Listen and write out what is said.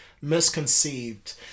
misconceived